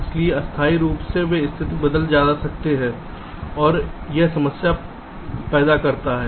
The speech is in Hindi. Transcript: इसलिए अस्थायी रूप से वे स्थिति बदल सकते हैं और यह समस्या पैदा करता है